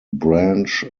branch